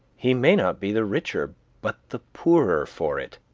he may not be the richer but the poorer for it,